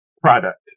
product